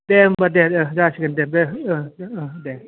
दे होम्बा दे दे जासिगोन दे दे दे